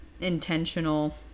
intentional